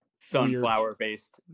Sunflower-based